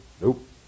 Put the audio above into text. Nope